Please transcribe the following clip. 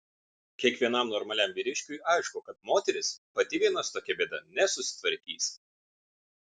kiekvienam normaliam vyriškiui aišku kad moteris pati viena su tokia bėda nesusitvarkys